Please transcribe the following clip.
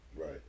right